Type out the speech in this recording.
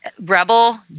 Rebel